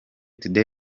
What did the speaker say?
today